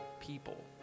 people